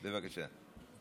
בבקשה.